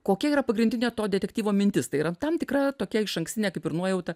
kokia yra pagrindinė to detektyvo mintis tai yra tam tikra tokia išankstinė kaip ir nuojauta